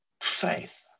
faith